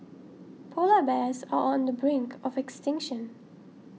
Polar Bears are on the brink of extinction